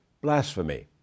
Blasphemy